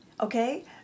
Okay